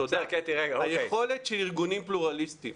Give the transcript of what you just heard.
היכולת של ארגונים פלורליסטים